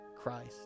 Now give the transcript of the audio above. Christ